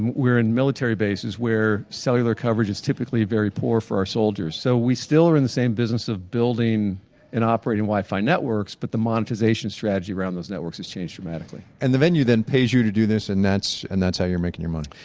we're in military bases where cellular coverage is typically very poor for our soldiers. so we still are in the same business of building and operating wi-fi networks. but the monetization strategy around those networks has changed dramatically and the venue then pays you to do this and that's and that's how you're making your money?